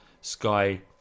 Sky